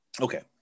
okay